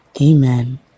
Amen